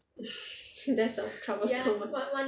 that's the troublesome part lah